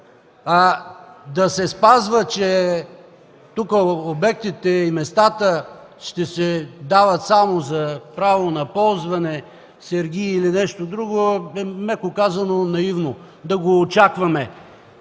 Да се спазва, че тук обектите и местата ще се дават само с право за ползване – сергии или нещо друго, е меко казано наивно да го очакваме.